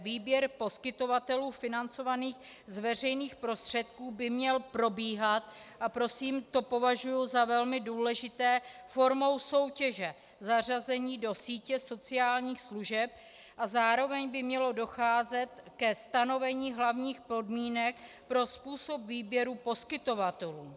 Výběr poskytovatelů financovaných z veřejných prostředků by měl probíhat a prosím, to považuji za velmi důležité formou soutěže v zařazení do sítě sociálních služeb a zároveň by mělo docházet ke stanovení hlavních podmínek pro způsob výběru poskytovatelů.